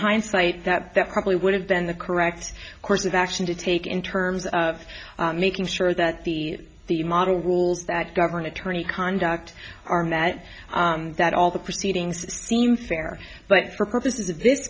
hindsight that that probably would have been the correct course of action to take in terms of making sure that the the model rules that govern attorney conduct armed that that all the proceedings seem fair but for purposes of this